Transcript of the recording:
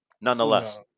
nonetheless